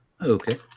Okay